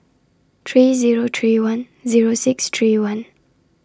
three Zero three one Zero six three one